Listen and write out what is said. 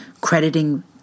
crediting